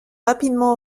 rapidement